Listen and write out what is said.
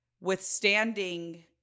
withstanding